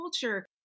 culture